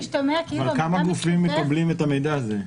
אבל כמה גופים מקבלים את המידע הזה?